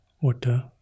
water